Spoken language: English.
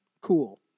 cool